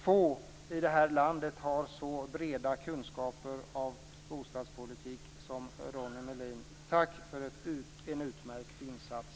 Få i det här landet har så breda kunskaper om bostadspolitik som Ronnie Melin. Tack för en utmärkt insats!